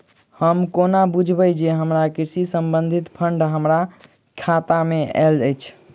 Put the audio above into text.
हम कोना बुझबै जे हमरा कृषि संबंधित फंड हम्मर खाता मे आइल अछि?